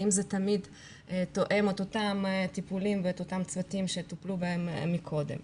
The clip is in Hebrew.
האם זה תמיד תואם את אותם טיפולים או את אותם צוותים שטיפלו בהם מקודם.